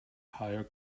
higher